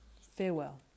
Farewell